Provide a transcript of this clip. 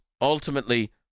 ultimately